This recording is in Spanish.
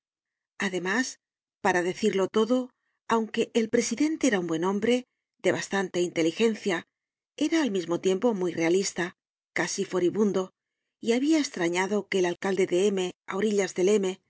además para decirlo todo aunque el presidente era un buen hombre de bastante inteligencia era al mismo tiempo muy realista casi furibundo y habia estrañado que el alcalde de m á orillas del